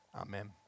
Amen